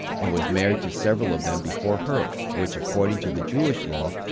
and was married to several of them before her, which, according to the jewish law,